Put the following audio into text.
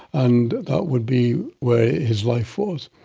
and that would be where his life was.